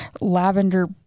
lavender